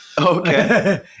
Okay